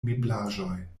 meblaĵoj